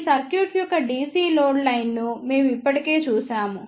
ఈ సర్క్యూట్ యొక్క DC load లైన్ను మేము ఇప్పటికే చూశాము